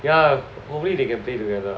yeah hopefully they can play together